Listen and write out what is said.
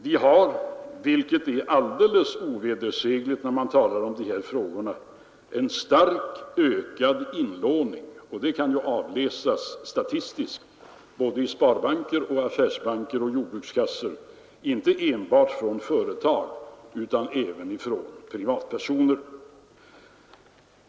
Vi har, vilket är alldeles ovedersägligt när man talar om de här frågorna, en starkt ökad inlåning — det kan avläsas statistiskt — i sparbanker, affärsbanker och jordbrukskassor, inte enbart från företag utan även från privatpersoner.